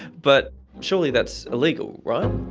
but surely that's illegal, right?